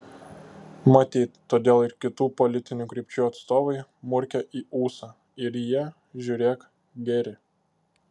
matyt todėl ir kitų politinių krypčių atstovai murkia į ūsą ir jie žiūrėk geri